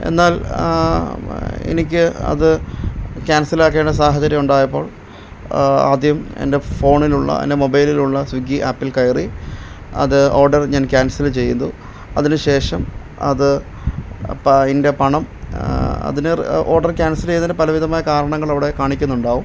എന്നാൽ എനിക്ക് അത് ക്യാൻസൽ ആക്കേണ്ട സാഹചര്യം ഉണ്ടായപ്പോൾ ആദ്യം എൻ്റെ ഫോണിലുള്ള എൻ്റെ മൊബൈലിലുള്ള സ്വിഗ്ഗി ആപ്പിൽ കയറി അതു ഓഡർ ഞാൻ ക്യാൻസൽ ചെയ്തു അതിനു ശേഷം അതു പാ അതിൻ്റെ പണം അതിന് ഓഡർ കാൻസൽ ചെയ്തതിനു പലവിധമായ കാരണങ്ങൾ അവിടെ കാണിക്കുന്നുണ്ടാകും